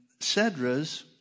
cedras